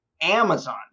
Amazon